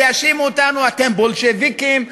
ויאשימו אותנו: אתם בולשביקים,